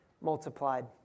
multiplied